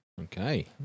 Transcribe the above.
Okay